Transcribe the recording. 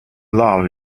laugh